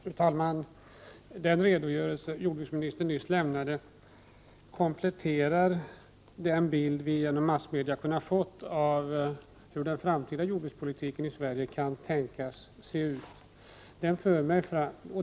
Fru talman! Den redogörelse som jordbruksministern nyss lämnade kompletterar den bild vi genom massmedia har kunnat få av hur den framtida 35 jordbrukspolitiken i Sverige kan tänkas bli.